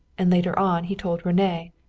and later on he told rene.